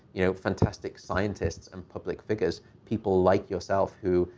you know, fantastic scientists and public figures, people like yourself who,